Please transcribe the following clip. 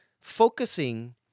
focusing